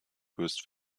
höchst